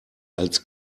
als